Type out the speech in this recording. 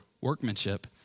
workmanship